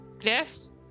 Yes